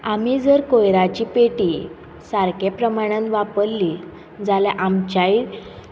आमी जर कोयराची पेटी सारक्यो प्रमाणान वापरली जाल्यार आमच्याय